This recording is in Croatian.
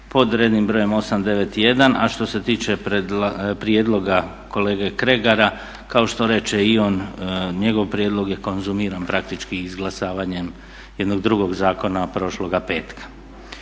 pod rednim brojem 891. A što se tiče prijedloga kolege Kregara kao što reče i on njegov prijedlog je konzumiran praktički izglasavanjem jednog drugog zakona prošloga petka.